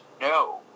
no